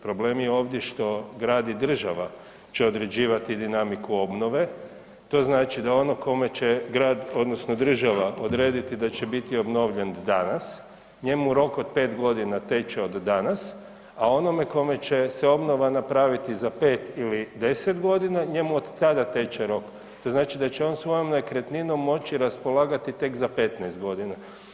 Problem je ovdje što grad i država će određivati dinamiku obnove, to znači da onom kome će grad odnosno država odrediti da će biti obnovljen danas njemu rok od pet godina teče od danas, a onome kome će se obnova napraviti za pet ili 10 godina njemu od tada teče rok, to znači da će on svojom nekretninom moći raspolagati tek za 15 godina.